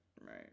Right